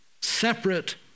separate